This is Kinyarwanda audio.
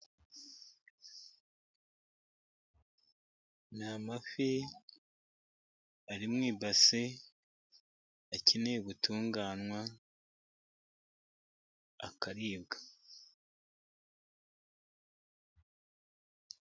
Ni amafi ari mu ibase, akeneye gutunganywa, akaribwa.